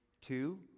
Two